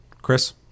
Chris